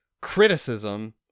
criticism